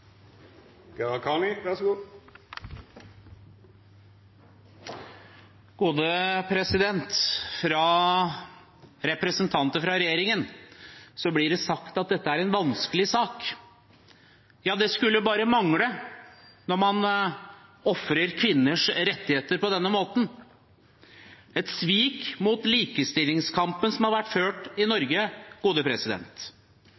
en vanskelig sak. Ja, det skulle bare mangle når man ofrer kvinners rettigheter på denne måten. Det er et svik mot likestillingskampen som har vært ført i